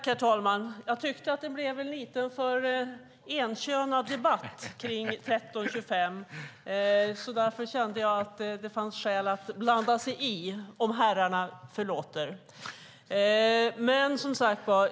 Herr talman! Jag tyckte att det blev en lite för enkönad debatt kring 1325, så därför kände jag att det fanns skäl att blanda sig i, om herrarna förlåter.